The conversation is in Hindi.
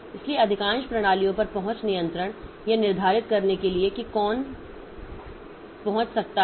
इसलिए अधिकांश प्रणालियों पर पहुंच नियंत्रण यह निर्धारित करने के लिए कि कौन पहुँच सकता है